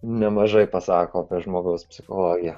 nemažai pasako apie žmogaus psichologiją